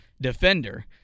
defender